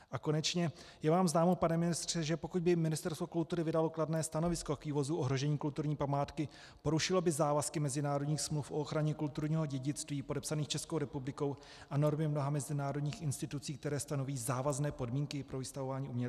A konečně, je vám známo, pane ministře, že pokud by Ministerstvo kultury vydalo kladné stanovisko k vývozu ohrožené kulturní památky, porušilo by závazky mezinárodních smluv o ochraně kulturního dědictví podepsaných Českou republikou a normy mnoha mezinárodních institucí, které stanoví závazné podmínky pro vystavování uměleckých děl?